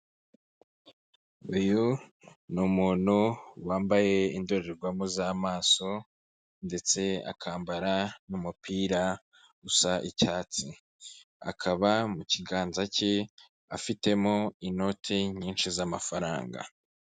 Uyu ni umuntu wambaye indorerwamo z'amaso ndetse akambara n'umupira usa icyatsi, akaba mu kiganza cye afitemo inoti nyinshi z'amafaranga.